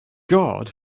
god